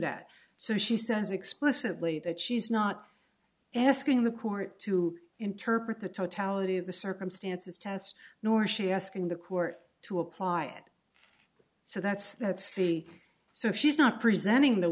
that so she says explicitly that she's not asking the court to interpret the totality of the circumstances test nor she asking the court to apply it so that's that's the so she's not presenting the